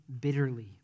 bitterly